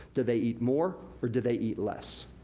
do they eat more, or do they eat less?